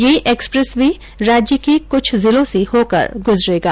ये expressway राज्य के कृछ जिलों से होकर गुजरेगा